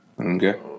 Okay